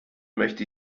möchte